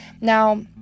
Now